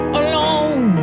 alone